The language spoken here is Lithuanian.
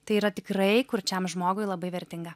tai yra tikrai kurčiam žmogui labai vertinga